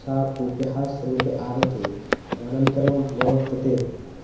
सा कूप्याः समीपे आगति अनन्तरं मम कृते